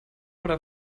oder